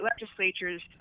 legislatures